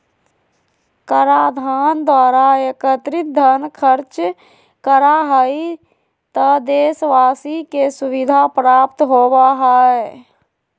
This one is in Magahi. कराधान द्वारा एकत्रित धन खर्च करा हइ त देशवाशी के सुविधा प्राप्त होबा हइ